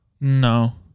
No